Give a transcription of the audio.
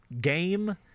game